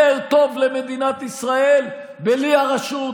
יותר טוב למדינת ישראל בלי הרשות,